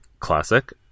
classic